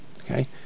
Okay